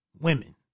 women